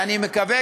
ואני מקווה,